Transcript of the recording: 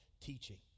teaching